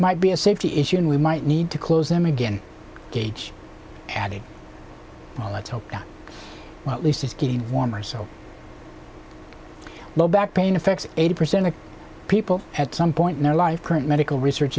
might be a safety issue and we might need to close them again gage added volatile at least it's getting warmer so low back pain affects eighty percent of people at some point in their life current medical research